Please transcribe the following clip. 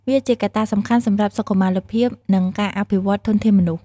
វាជាកត្តាសំខាន់សម្រាប់សុខុមាលភាពនិងការអភិវឌ្ឍធនធានមនុស្ស។